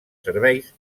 serveis